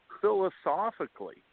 philosophically